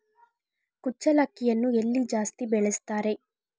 ಕುಚ್ಚಲಕ್ಕಿಯನ್ನು ಎಲ್ಲಿ ಜಾಸ್ತಿ ಬೆಳೆಸ್ತಾರೆ?